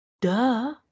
duh